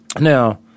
Now